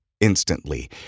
instantly